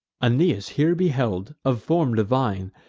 aeneas here beheld, of form divine,